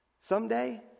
someday